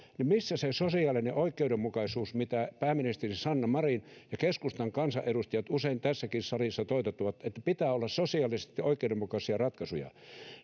missä on se sosiaalinen oikeudenmukaisuus mitä pääministeri sanna marin ja keskustan kansanedustajat usein tässäkin salissa toitottavat että pitää olla sosiaalisesti oikeudenmukaisia ratkaisuja